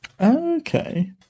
Okay